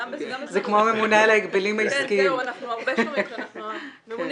קודם